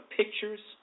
pictures